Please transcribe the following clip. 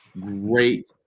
Great